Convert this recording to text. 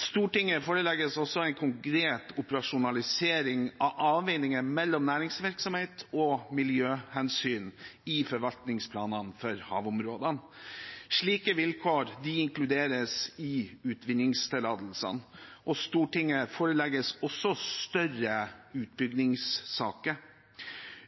Stortinget forelegges også en konkret operasjonalisering av avveininger mellom næringsvirksomhet og miljøhensyn i forvaltningsplanene for havområdene. Slike vilkår inkluderes i utvinningstillatelsene, og Stortinget forelegges også større utbyggingssaker.